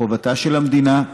חובתה של המדינה,